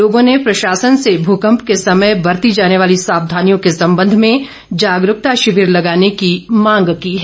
लोगों ने प्रशासन से भूकम्प के समय बरती जानी वाली सावधानियों के संबंध में जागरूकता शिविर लगाने की मांग की है